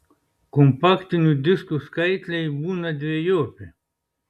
kompaktinių diskų skaitliai būna dvejopi